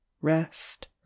rest